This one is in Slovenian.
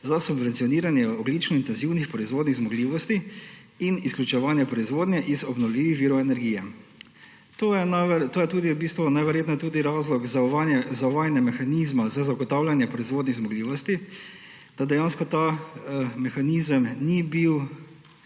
za subvencioniranje ogljično intenzivnih proizvodnih zmogljivosti in izključevanje proizvodnje iz obnovljivih virov energije. To je tudi v bistvu najverjetneje tudi razlog za uvajanje mehanizma za zagotavljanje proizvodnih zmogljivosti, da dejansko ta mehanizem ni bil